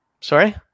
Sorry